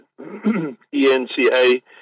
ENCA